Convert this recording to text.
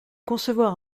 concevoir